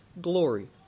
glory